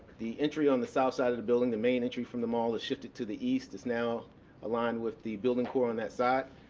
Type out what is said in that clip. the entry on the south side of the building, the main entry from the mall is shifted to the east. it's now aligned with the building core on that side.